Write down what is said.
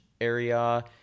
area